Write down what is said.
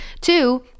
two